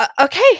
Okay